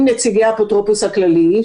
עם נציגי האפוטרופוס הכללי,